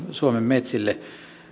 suomen metsille